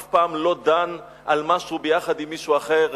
אף פעם לא דן על משהו ביחד עם מישהו אחר,